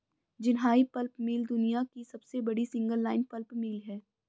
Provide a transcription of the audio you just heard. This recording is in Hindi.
जिनहाई पल्प मिल दुनिया की सबसे बड़ी सिंगल लाइन पल्प मिल है